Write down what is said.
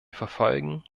verfolgen